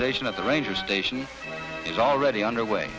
station at the ranger station is already underway